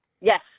Yes